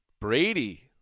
Brady